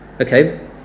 okay